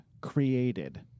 created